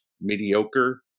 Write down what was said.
mediocre